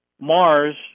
Mars